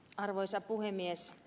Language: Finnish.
arvoisa puhemies